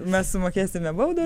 mes sumokėsime baudą